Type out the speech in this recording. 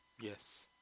Yes